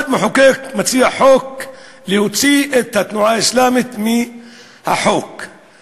אחד מציע חוק להוציא את התנועה האסלאמית מחוץ לחוק.